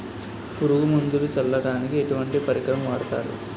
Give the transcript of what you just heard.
పురుగు మందులు చల్లడానికి ఎటువంటి పరికరం వాడతారు?